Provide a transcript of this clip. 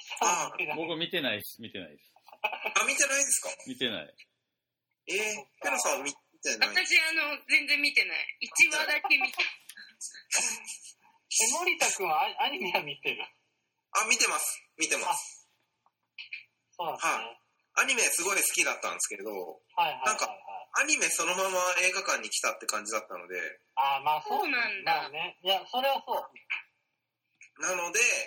僕見てないし、見てないです。 あ、見てないですか？ 見てない。えー、ペロさんは見てない。私、あの、全然見てない。一話だけ見た。 え、森田君はアニメは見てる？あ、見てます。見てます。あ、そうなんですはい。ね。アニメすごい好きだったんですけど、はいはいはいはい。なんかアニメそのまま映画館に来たって感じだったので。あー、まあ、そうそうなんだ。だよね。いや、それはそう。なので、